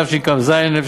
התשכ"ז 1967,